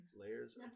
layers